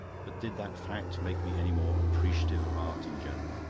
but did that fact make me any more appreciative of art in general?